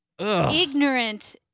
ignorant